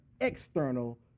external